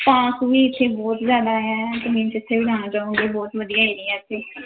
park ਵੀ ਇੱਥੇ ਬਹੁਤ ਜ਼ਿਆਦਾ ਹੈ ਅਤੇ ਮੀਨਜ਼ ਜਿੱਥੇ ਵੀ ਜਾਣਾ ਚਾਹੋਗੇ ਬਹੁਤ ਵਧੀਆ ਏਰੀਆ ਇੱਥੇ